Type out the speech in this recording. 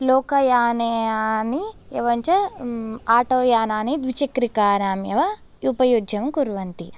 लोकयानानि एवञ्च आटोयानानि द्विचक्रिकानाम् एव उपयुज्यं कुर्वन्ति